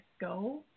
go